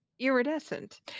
iridescent